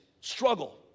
struggle